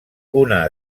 una